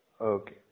Okay